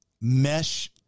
mesh